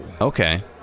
Okay